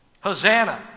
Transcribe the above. Hosanna